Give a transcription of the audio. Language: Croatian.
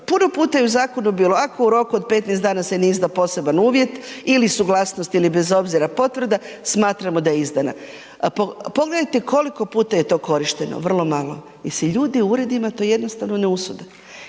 puno puta je u zakonu bilo ako u roku od 15 dana se ne izda poseban uvjet ili suglasnost ili bez obzira potvrda, smatramo da je izdana. Pogledajte koliko je puta to korišteno, vrlo malo jer se ljudi u uredima to jednostavno ne usude